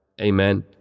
Amen